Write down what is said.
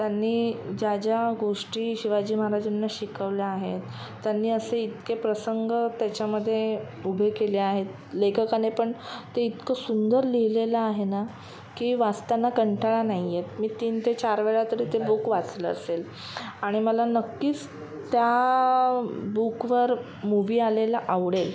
त्यांनी ज्या ज्या गोष्टी शिवाजी महाराजांना शिकवल्या आहेत त्यांनी असे इतके प्रसंग त्याच्यामध्ये उभे केले आहेत लेखकाने पण ते इतकं सुंदर लिहिलेलं आहे ना की वाचताना कंटाळा नाही येत मी तीन ते चार वेळा तरी ते बुक वाचलं असेल आणि मला नक्कीच त्या बुकवर मूव्ही आलेला आवडेल